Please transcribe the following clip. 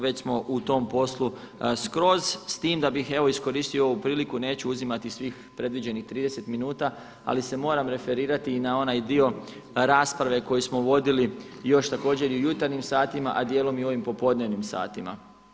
Već smo u tom poslu skroz s time da bih evo iskoristio ovu priliku, neću uzimati svih predviđenih 30 minuta, ali se moram referirati i na onaj dio rasprave koji smo vodili još također i u jutarnjim satima, a dijelom i ovim popodnevnim satima.